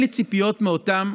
אין לי ציפיות מאותם